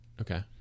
Okay